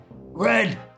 Red